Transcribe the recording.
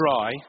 dry